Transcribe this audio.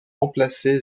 remplacer